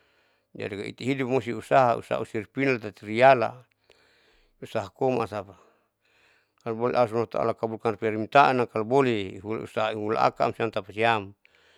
jadi itahidup mosti usaha usaha usiripinan tati iala husaha koma asapa kalo boleh allah subahana wataala kabbulkan permintaanan kalo boleh usaha eulaaka siam tapasiam.